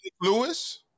Lewis